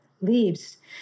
leaves